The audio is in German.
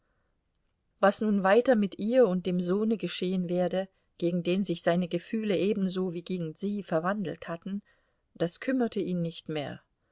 was nun weiter mit ihr und dem sohne geschehen werde gegen den sich seine gefühle ebenso wie gegen sie verwandelt hatten das kümmerte ihn nicht mehr